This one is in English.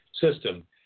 system